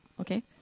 okay